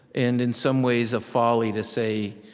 and in some ways, a folly to say,